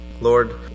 Lord